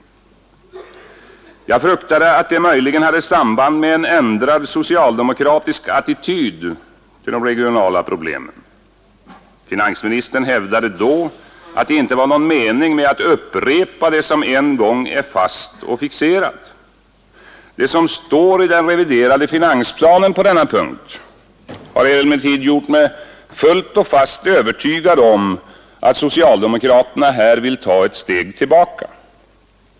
Jag fruktade att det möjligen hade samband med en ändrad socialdemokratisk attityd till de regionala problemen. Finansministern hävdade då att det inte var någon mening med att upprepa det som en gång är fast och fixerat. Det som står i den reviderade finansplanen på denna punkt har emellertid gjort mig fullt och fast övertygad om att socialdemokraterna här vill ta ett steg tillbaka.